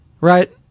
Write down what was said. Right